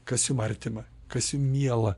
kas jum artima kas miela